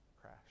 crash